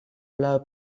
blow